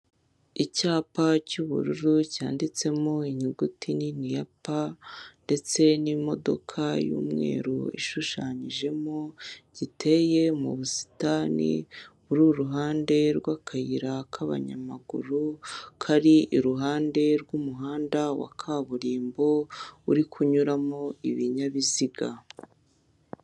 Umuhanda wa kaburimbo urimo imodoka ziri kugenda. Ku ruhande rw'umuhanda hari icyapa cy'ubururu kiriho inyuguti ya 'P'. Iki cyapa cyerekana ko imodoka yemerewe guparika aho ngaho, mu gihe wenda hari nk'abagenzi ishaka gushyira cyangwa gukuramo. Hirya y'umuhanda hari urukuta rwubakishije amabuye.